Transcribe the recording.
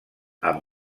amb